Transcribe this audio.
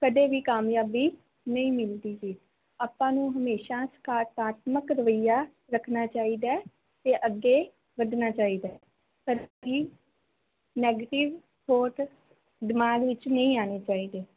ਕਦੇ ਵੀ ਕਾਮਯਾਬੀ ਨਹੀਂ ਮਿਲਦੀ ਜੀ ਆਪਾਂ ਨੂੰ ਹਮੇਸ਼ਾਂ ਸਕਾਰਾਤਮਕ ਰਵੱਈਆ ਰੱਖਣਾ ਚਾਹੀਦੀ ਅਤੇ ਅੱਗੇ ਵੱਧਣਾ ਚਾਹੀਦੀ ਕਦੇ ਵੀ ਨੈਗੇਟਿਵ ਸੋਚ ਦਿਮਾਗ ਵਿੱਚ ਨਹੀਂ ਆਉਣੀ ਚਾਹੀਦੀ